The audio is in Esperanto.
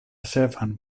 ĉefan